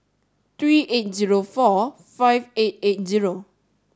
three eight zero four five eight eight zero